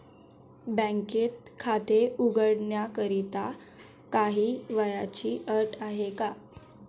बँकेत खाते उघडण्याकरिता काही वयाची अट आहे का?